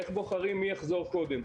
איך בוחרים מי יחזור קודם?